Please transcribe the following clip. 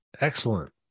Excellent